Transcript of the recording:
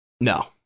No